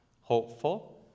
hopeful